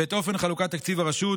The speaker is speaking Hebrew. ואת אופן חלוקת תקציב הרשות.